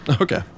Okay